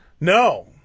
No